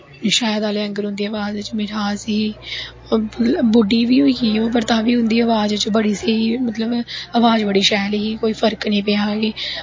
शैह्द आह्ले आंह्गर उंदी अवाज़ च मिठास ही बुढी बी होई गेई ओह् पर उंदी अवाज़ च अवाज़ बड़ी सैल ही कोई फर्क नी पेआ कि